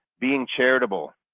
being charitable,